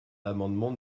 l’amendement